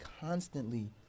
constantly